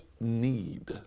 need